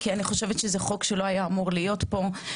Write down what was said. כי אני חושבת שזה חוק שלא היה אמור להיות פה.